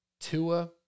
Tua